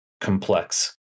complex